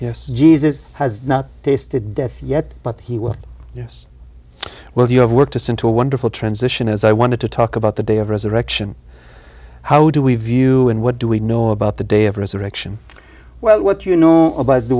yes jesus has not tasted death yet but he will yes well you have work to send to a wonderful transition as i wanted to talk about the day of resurrection how do we view and what do we know about the day of resurrection well what you know by the